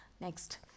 next